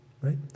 right